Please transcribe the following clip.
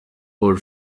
por